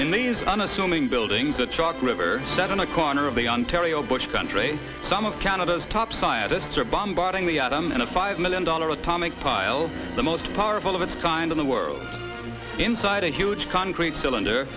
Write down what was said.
in these unassuming buildings the chalk river that in a corner of the ontario bush country some of canada's top scientists are bombarding the atom in a five million dollar atomic pile the most powerful of its kind in the world inside a huge concrete cylinder